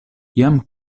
jam